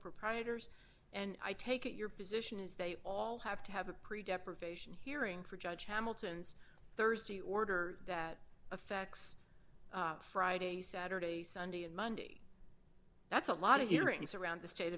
proprietors and i take it your position is they all have to have a pretty depravation hearing for judge hamilton's thursday order that affects friday saturday sunday and monday that's a lot of hearings around the state